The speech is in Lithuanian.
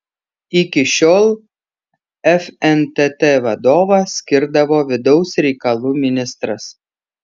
iki šiol fntt vadovą skirdavo vidaus reikalų ministras